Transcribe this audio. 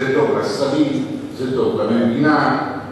שזה טוב לשרים וזה טוב למדינה.